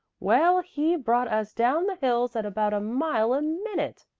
well, he brought us down the hills at about a mile a minute.